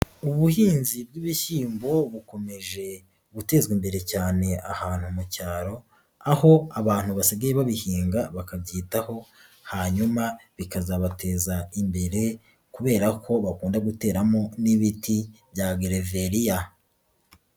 Ubuhinzi bw'ibishyimbo bukomeje gutezwa imbere cyane ahantu mu cyaro, aho abantu basigaye babihinga bakabyitaho hanyuma bikazabateza imbere kubera ko bakunda guteramo n'ibiti bya gereveriya.